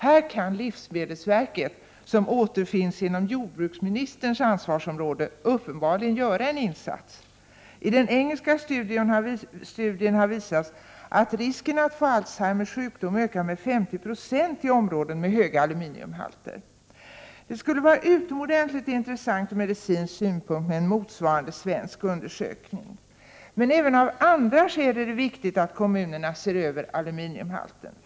Här kan livsmedelsverket, som återfinns inom jordbruksministerns ansvarsområde, uppenbarligen göra en insats. I den engelska studien har visats att risken att få Alzheimers sjukdom ökar med 50 96 i områden med höga aluminiumhalter. Det skulle vara utomordentligt intressant ur medicinsk synpunkt med en motsvarande svensk undersökning. Men även av andra skäl är det viktigt att kommunerna ser över aluminiumhalten.